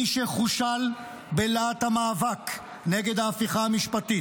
מי שחושל בלהט המאבק נגד ההפיכה המשפטית,